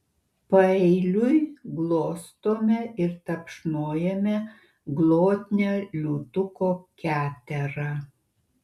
paeiliui glostome ir tapšnojame glotnią liūtuko keterą